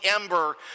ember